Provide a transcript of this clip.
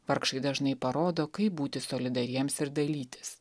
vargšai dažnai parodo kaip būti solidariems ir dalytis